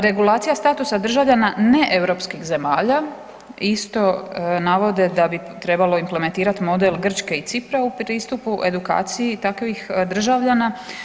Regulacija statusa državljana ne europskih zemalja, isto navode da bi trebalo implementirati model Grčke i Cipra u pristupu edukaciji takvih državljana.